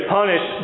punish